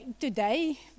today